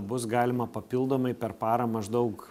bus galima papildomai per parą maždaug